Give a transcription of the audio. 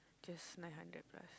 just nine hundred plus